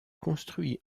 construit